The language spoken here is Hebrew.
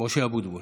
משה אבוטבול,